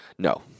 No